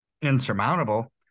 insurmountable